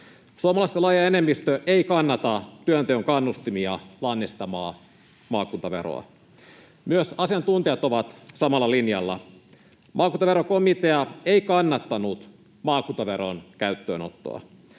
Suomalaisten laaja enemmistö ei kannata työnteon kannustimia lannistavaa maakuntaveroa. Myös asiantuntijat ovat samalla linjalla. Maakuntaverokomitea ei kannattanut maakuntaveron käyttöönottoa.